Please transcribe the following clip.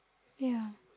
yeah